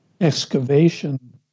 excavation